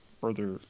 further